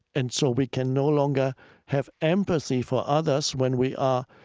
and so we can no longer have empathy for others when we are